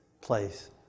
place